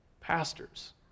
Pastors